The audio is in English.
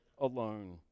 alone